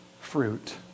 Fruit